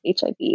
HIV